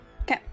Okay